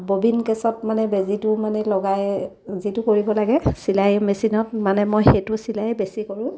bobbin কেছত মানে বেজীটো মানে লগাই যিটো কৰিব লাগে চিলাই মেচিনত মানে মই সেইটো চিলায়ে বেছি কৰোঁ